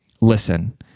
Listen